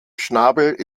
schnabel